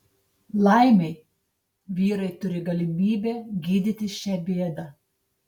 laimei vyrai turi galimybę gydytis šią bėdą